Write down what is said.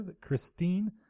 Christine